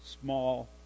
small